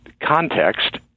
context